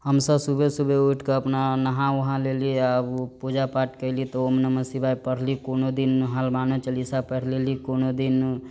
हमसब सुबे सुबे ऊठ कऽ अपना नहा ऊहा लेली आ ऊ पूजा पाठ कैली त ओम नमः शिवाय पढ़लि कोनो दिन हनुमानो चलीसा पैढ़ लेली कोनो दिन